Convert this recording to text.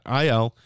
il